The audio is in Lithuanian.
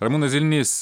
ramūnas zilnys